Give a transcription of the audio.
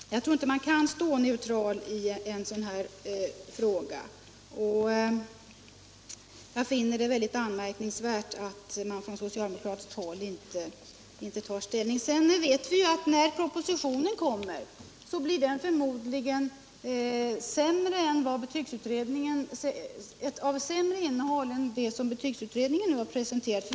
Jag tror inte att man kan stå neutral i den frågan, och jag finner det anmärkningsvärt att man från socialdemokratiskt håll inte tar ställning. Vi vet att propositionen när den kommer förmodligen får ett sämre innehåll än det förslag som betygsutredningen har presenterat.